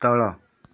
ତଳ